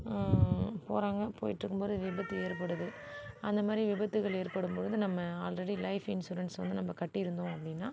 போகிறாங்க போயிட்டிருக்கம்போது விபத்து ஏற்படுது அந்த மாதிரி விபத்துகள் ஏற்படும்பொழுது நம்ம ஆல்ரெடி லைஃப் இன்ஸுரன்ஸ் வந்து நம்ப கட்டியிருந்தோம் அப்படின்னா